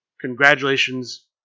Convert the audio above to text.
Congratulations